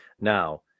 Now